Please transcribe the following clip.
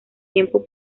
tiempo